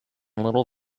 little